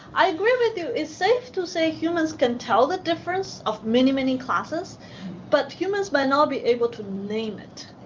i agree with you. it's safe to say humans can tell the difference of many, many classes but humans by now be able to name it.